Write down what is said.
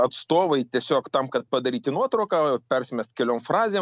atstovai tiesiog tam kad padaryti nuotrauką persimest keliom frazėm